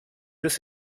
this